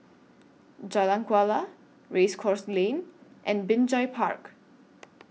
Jalan Kuala Race Course Lane and Binjai Park